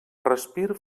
respir